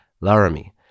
Laramie